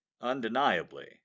undeniably